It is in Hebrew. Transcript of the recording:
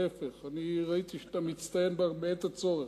להיפך, אני ראיתי שאתה מצטיין בה בעת הצורך.